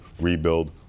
rebuild